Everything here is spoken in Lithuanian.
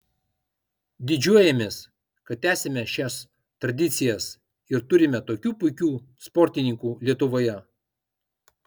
didžiuojamės kad tęsiame šias tradicijas ir turime tokių puikių sportininkų lietuvoje